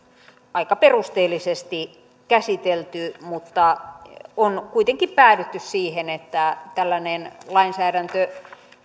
aika perusteellisesti käsitelty mutta on kuitenkin päädytty siihen että tällainen lainsäädäntö